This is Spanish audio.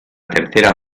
tercera